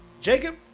Jacob